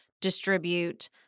distribute